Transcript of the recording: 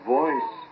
voice